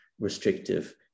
restrictive